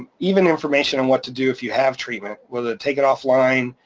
even information on what to do if you have treatment, will it take it off line?